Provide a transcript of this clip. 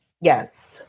Yes